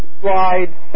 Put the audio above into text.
slide